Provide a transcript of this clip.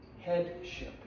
headship